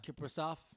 Kiprasov